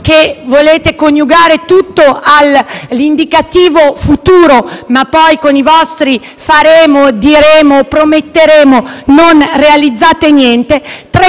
che volete coniugare tutto all'indicativo futuro, ma che poi, con i vostri «faremo», «diremo» e «prometteremo», non realizzate niente, tre